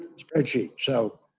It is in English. spreadsheet. so,